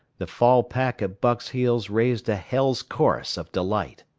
the fall pack at buck's heels raised a hell's chorus of delight.